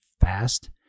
fast